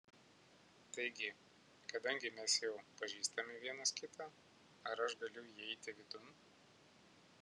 taigi kadangi mes jau pažįstame vienas kitą ar aš galiu įeiti vidun